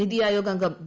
നിതി ആയോഗ് അംഗം വി